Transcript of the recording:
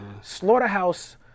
Slaughterhouse